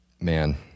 Man